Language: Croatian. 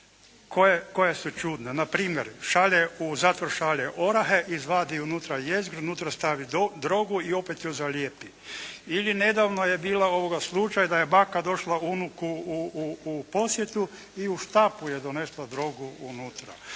koje su čudne. Na primjer, u zatvor šalje orahe, izvadi unutra jezgru, unutra stavi drogu i opet ju zalijepi. Ili nedavno je bio slučaj da je baka došla unuku u posjetu i u štapu je donesla drogu unutra.